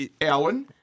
Alan